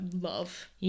love